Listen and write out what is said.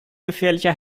gefährlicher